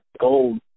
gold